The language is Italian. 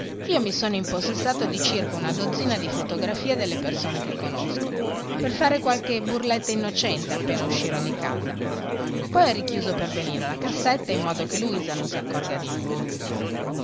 io mi sono impossessato di circa una dozzina di fotografie delle persone che conosco per fare qualche burletta innocente appena uscirò di casa poi ho richiuso per benino la cassetta in modo che luisa non si accorgerà di nulla